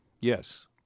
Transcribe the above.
yes